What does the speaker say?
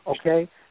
okay